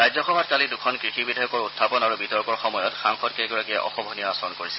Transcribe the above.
ৰাজ্যসভাত কালি দুখন কৃষি বিধেয়কৰ উখাপন আৰু বিতৰ্কৰ সময়ত সাংসদকেইগৰাকীয়ে অশোভনীয় আচৰণ কৰিছিল